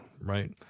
right